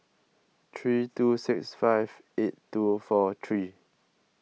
three two six five eight two four three